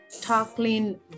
tackling